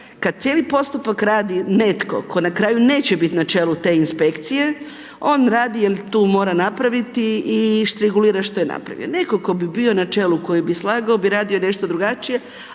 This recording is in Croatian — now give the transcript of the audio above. kad cijeli postupak radi netko tko na kraju neće biti na čelu te inspekcije, on radi jer tu mora napraviti i štrigulira što je napravio. Netko tko bi bio na čelu koji bi slagao bi radio nešto drugačije,